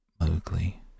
mowgli